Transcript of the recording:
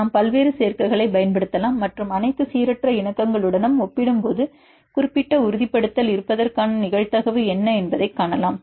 நாம் பல்வேறு சேர்க்கைகளைப் பயன்படுத்தலாம் மற்றும் அனைத்து சீரற்ற இணக்கங்களுடனும் ஒப்பிடும்போது குறிப்பிட்ட உறுதிப்படுத்தல் இருப்பதற்கான நிகழ்தகவு என்ன என்பதைக் காணலாம்